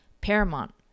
paramount